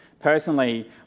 Personally